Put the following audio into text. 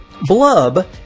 Blub